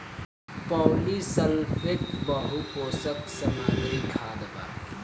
polysulphate बहुपोषक सामग्री खाद बा